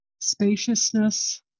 spaciousness